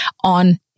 on